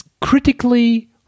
critically